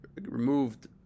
removed